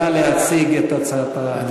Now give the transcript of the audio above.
נא להציג את הצעת החוק.